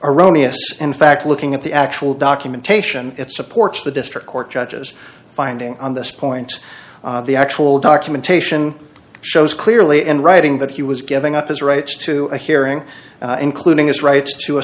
erroneous in fact looking at the actual documentation it's a poor the district court judges finding on this point the actual documentation shows clearly in writing that he was giving up his rights to a hearing including his rights to a